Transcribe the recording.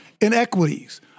Inequities